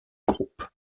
groupe